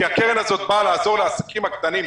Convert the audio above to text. כי הקרן הזאת באה לעזור לעסקים הקטנים,